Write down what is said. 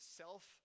self